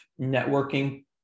networking